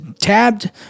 Tabbed